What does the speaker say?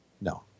No